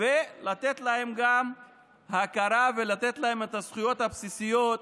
וגם לתת להם הכרה ואת הזכויות הבסיסיות,